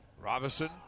Robinson